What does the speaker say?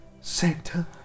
Santa